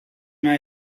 mij